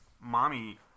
Mommy